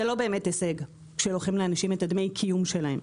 זה לא באמת הישג כשלוקחים לאנשים את דמי הקיום שלהם.